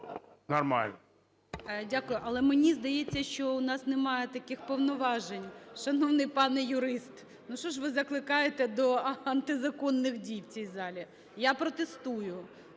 Але мені здається, що в нас немає таких повноважень, шановний пане юрист. Ну, що ж ви закликаєте до антизаконних дій у цій залі? Я протестую!